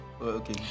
okay